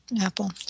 Apple